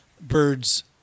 birds